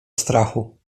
strachu